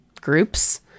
groups